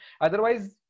Otherwise